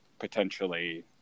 potentially